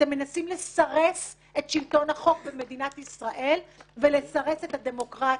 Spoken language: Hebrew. אתם מנסים לסרס את שלטון החוק במדינת ישראל ולסרס את הדמוקרטיה.